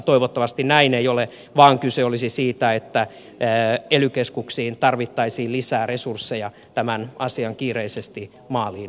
toivottavasti näin ei ole vaan kyse olisi siitä että ely keskuksiin tarvittaisiin lisää resursseja tämän asian viemiseksi kiireisesti maaliin